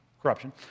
corruption